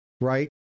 right